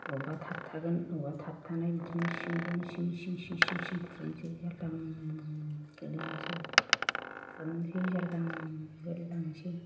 अबेबा थाबथागोन अबेबा थाबथानाय बिदिनो सिंजों सिं सिं सिं सिं खुरनोसै जाल्दाम गोग्लैनोसै खुरनोसै जाल्दाम गोग्लैलांनोसै